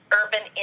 urban